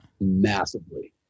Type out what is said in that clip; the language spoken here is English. Massively